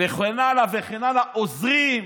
וכן הלאה וכן הלאה, עוזרים,